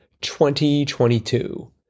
2022